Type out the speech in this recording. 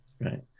right